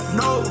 no